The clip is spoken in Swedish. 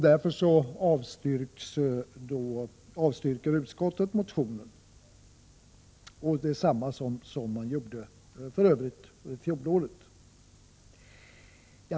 Därför avstyrker utskottet motionen, vilket utskottet för övrigt gjorde även i fjol.